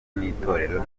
n’itorero